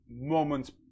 moments